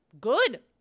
good